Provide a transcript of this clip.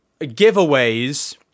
giveaways